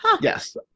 Yes